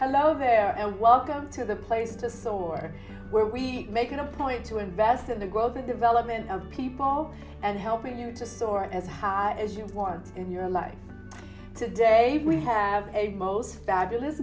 hello there and welcome to the place the solor where we make it a point to invest in the growth and development of people and helping you to store as high as you want in your life today we have a most fabulous